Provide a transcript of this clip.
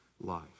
life